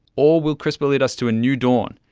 or will crispr lead us to a new dawn,